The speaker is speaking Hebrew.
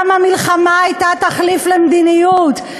למה מלחמה הייתה תחליף למדיניות?